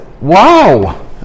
Wow